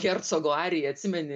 hercogo ariją atsimeni